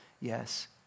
yes